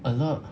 a lot